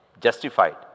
justified